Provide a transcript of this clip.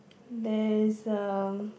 there is a